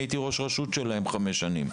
משום שהייתי גם יושב ראש הרשות שלהם במשך 5 שנים.